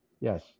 Yes